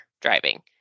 Driving